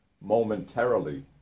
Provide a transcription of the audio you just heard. momentarily